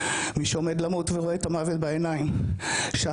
מי שעומד למות ורואה את המוות בעיניים שאכטה